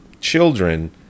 children